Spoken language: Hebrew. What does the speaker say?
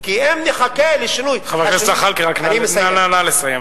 כי אם נחכה לשינוי, חבר הכנסת זחאלקה, נא לסיים.